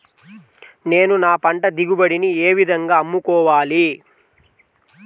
నేను నా పంట దిగుబడిని ఏ విధంగా అమ్ముకోవాలి?